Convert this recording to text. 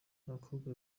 abakobwa